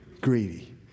Greedy